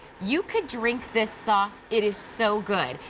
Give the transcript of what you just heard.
you could drink this sauce, it is so good.